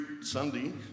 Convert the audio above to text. Sunday